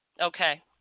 Okay